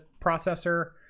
processor